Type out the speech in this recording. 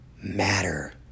matter